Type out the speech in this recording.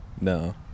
no